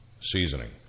seasoning